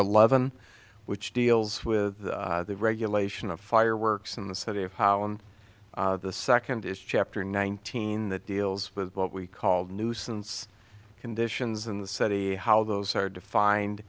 eleven which deals with the regulation of fireworks in the study of how and the second is chapter nineteen that deals with what we called nuisance conditions in the city how those are defined